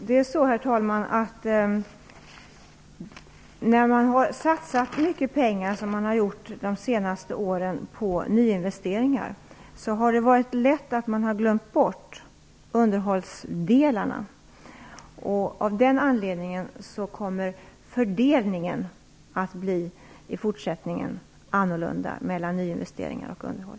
Herr talman! Under de senaste åren har det satsats mycket pengar på nyinvesteringar. Samtidigt har det varit lätt att glömma bort underhållet. Av den anledningen kommer fördelningen att i fortsättningen bli en annan mellan nyinvesteringar och underhåll.